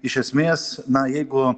iš esmės na jeigu